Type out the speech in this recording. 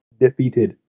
defeated